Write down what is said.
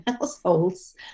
households